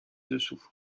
dessous